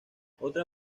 otra